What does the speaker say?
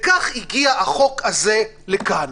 וכך הגיע החוק הזה לכאן.